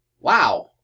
Wow